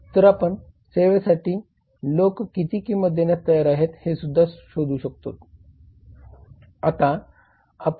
तर आपण सेवेसाठी लोक किती किंमत देण्यास तयार आहेत हे सुद्धा शोधू शकतोत